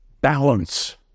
Balance